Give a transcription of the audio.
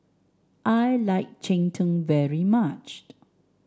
I like Cheng Tng very much